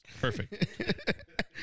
Perfect